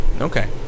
Okay